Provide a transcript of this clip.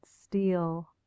steel